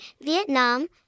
Vietnam